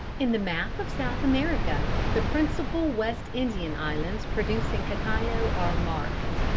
in the map of south america the principal west indian islands producing cacao are marked.